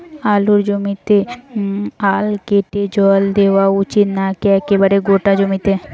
আলুর জমিতে আল কেটে জল দেওয়া উচিৎ নাকি একেবারে গোটা জমিতে?